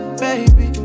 baby